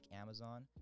amazon